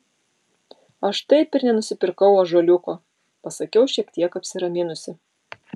aš taip ir nenusipirkau ąžuoliuko pasakiau šiek tiek apsiraminusi